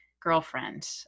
girlfriend